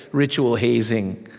ritual hazing.